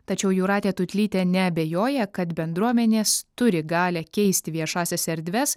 tačiau jūratė tutlytė neabejoja kad bendruomenės turi galią keisti viešąsias erdves